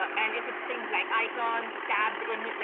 and if it's things like icons tabbed in,